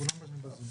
כולם יושבים בזום.